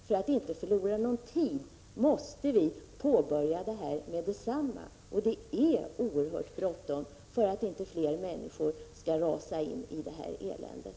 För att inte förlora någon tid måste vi påbörja arbetet med detsamma, och det är oerhört bråttom, för att inte fler människor skall rasa in i det här eländet.